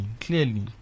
clearly